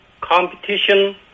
competition